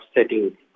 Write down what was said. setting